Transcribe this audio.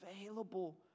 available